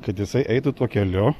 kad jisai eitų tuo keliu